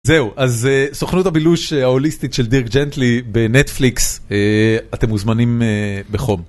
זהו, אז סוכנות הבילוש ההוליסטית של דירק ג'נטלי בנטפליקס, אתם מוזמנים בחום.